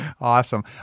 Awesome